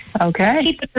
Okay